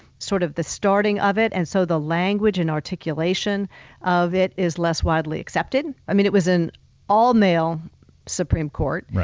sort of the starting of it, and so the language and articulation of it is less widely accepted. i mean, it was an all-male supreme court,